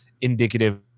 indicative